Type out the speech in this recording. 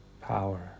power